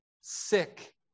sick